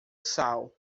sal